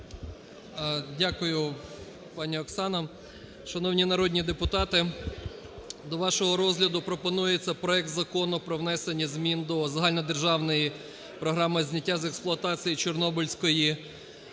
Дякую, пані Оксана. Шановні народні депутати, до вашого розгляду пропонується проект Закону про внесення змін до Загальнодержавної програми зняття з експлуатації Чорнобильської атомної